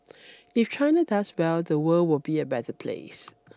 if China does well the world will be a better place